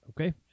Okay